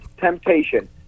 temptation